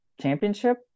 championship